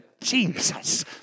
Jesus